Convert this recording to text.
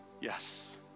yes